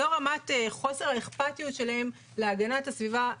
זו רמת חוסר האכפתיות שלהם להגנת הסביבה,